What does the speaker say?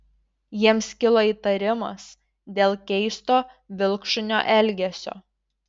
jiems kilo įtarimas dėl keisto vilkšunio elgesio